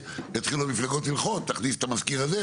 יתחילו המפלגות תכניס את המזכיר הזה,